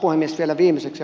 arvoisa puhemies